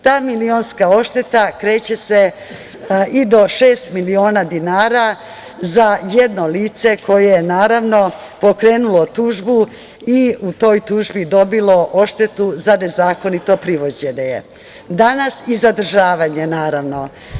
Ta milionska odšteta kreće se i do šest miliona dinara za jedno lice koje je naravno pokrenulo tužbu i u toj tužbi dobilo odštetu za nezakonito privođenje i zadržavanje, naravno.